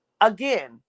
again